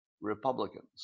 Republicans